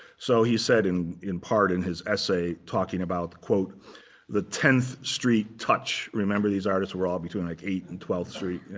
so he said in in part, in his essay, talking about quote the tenth street touch. remember these artists were all between like eight and twelve street.